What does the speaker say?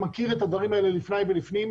הוא מכיר את הדברים האלה לפני ולפנים.